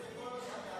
זה מה שאתה.